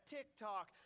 TikTok